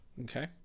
Okay